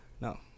no